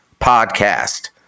podcast